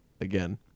again